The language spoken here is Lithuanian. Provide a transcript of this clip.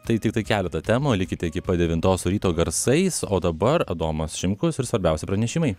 tai tiktai keleta temų likite iki pat devintos su ryto garsais o dabar adomas šimkus ir svarbiausi pranešimai